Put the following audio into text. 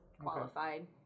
qualified